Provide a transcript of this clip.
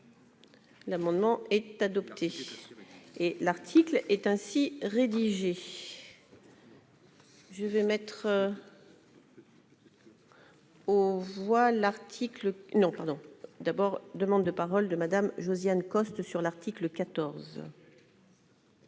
L'amendement est adopté et l'article est ainsi rédigé. Je vais mettre. On voit l'article non non non, d'abord, demandes de paroles de Madame Josiane Costes sur l'article 14. Si